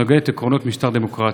שנוגדת עקרונות משטר דמוקרטי.